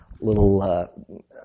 little